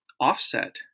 offset